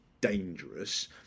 dangerous